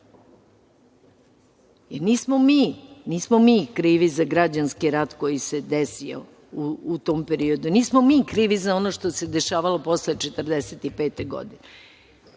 i u 23. veću. Nismo mi krivi za građanski rat koji se desio u tom periodu. Nismo mi krivi za ono što se dešavalo posle 1945. godine.